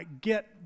get